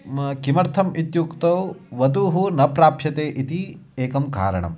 मा किमर्थम् इत्युक्तौ वधूः न प्राप्यते इति एकं कारणं